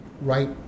right